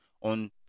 on